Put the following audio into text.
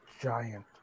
giant